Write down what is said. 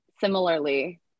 similarly